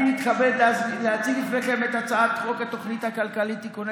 אני מתכבד להציג בפניכם את הצעת חוק התוכנית הכלכלית (תיקוני